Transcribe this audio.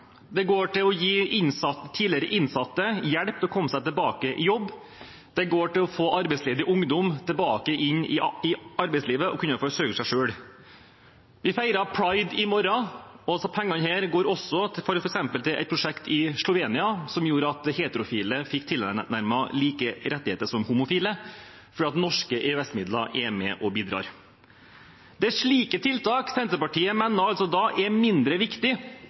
går til å gi tidligere innsatte hjelp til å komme seg tilbake i jobb, de går til å få arbeidsledig ungdom tilbake inn i arbeidslivet så de kan forsørge seg selv. I morgen feirer vi Pride, og disse pengene går også f.eks. til et prosjekt i Slovenia som gjorde at heterofile og homofile fikk tilnærmet like rettigheter, fordi norske EØS-midler er med og bidrar. Det er slike tiltak Senterpartiet da altså mener er mindre viktig